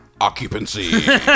occupancy